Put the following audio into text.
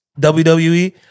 WWE